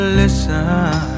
listen